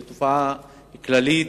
זאת תופעה כללית.